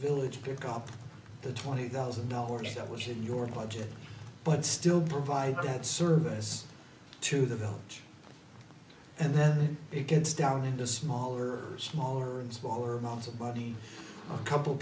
village pick up the twenty thousand dollars that was in your budget but still provide that service to the village and then it gets down into smaller smaller and smaller amounts of money a couple